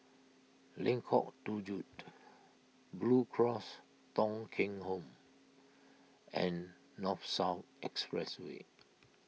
Lengkong Tujuh Blue Cross Thong Kheng Home and North South Expressway